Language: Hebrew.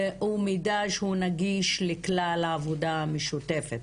הוא מידע שנגיש לכלל העבודה המשותפת.